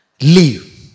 leave